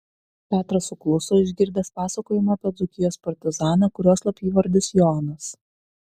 petras sukluso išgirdęs pasakojimą apie dzūkijos partizaną kurio slapyvardis jonas